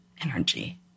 energy